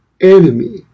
enemy